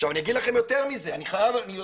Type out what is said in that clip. עכשיו אני אגיד לכם יותר מזה- -- כן